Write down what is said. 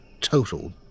total